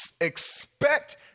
expect